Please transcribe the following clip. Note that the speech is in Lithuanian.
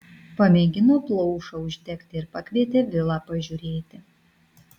pamėgino plaušą uždegti ir pakvietė vilą pažiūrėti